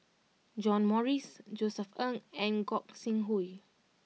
John Morrice Josef Ng and Gog Sing Hooi